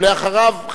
ואחריו,